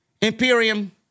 Imperium